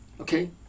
Okay